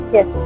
Yes